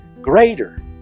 greater